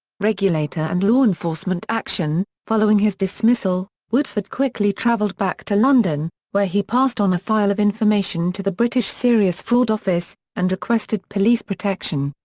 regulator and law enforcement action following his dismissal, woodford quickly travelled back to london, where he passed on a file of information to the british serious fraud office, and requested police protection.